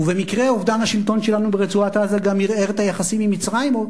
ובמקרה אובדן השלטון שלנו ברצועת-עזה גם ערער את היחסים עם מצרים,